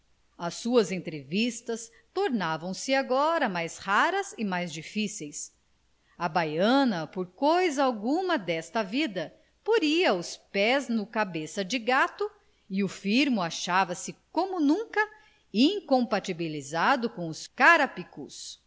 as suas entrevistas tornavam se agora mais raras e mais difíceis a baiana por coisa alguma desta vida poria os pés no cabeça de gato e o firmo achava-se como nunca incompatibilizado com os carapicus